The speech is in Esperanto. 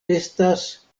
estas